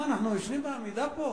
מה, אנחנו ישנים בעמידה פה?